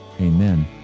Amen